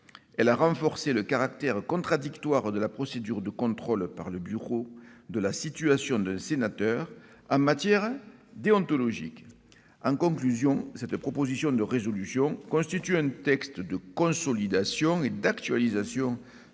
Elle a renforcé le caractère contradictoire de la procédure de contrôle par le bureau de la situation d'un sénateur en matière déontologique. Cette proposition de résolution constitue un texte de consolidation et d'actualisation